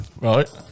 Right